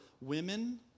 women